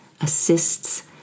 assists